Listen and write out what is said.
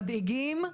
מדאיגים.